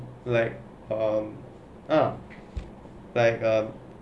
like um ah like um